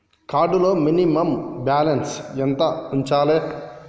Card లో minimum balance ఎంత ఉంచాలే?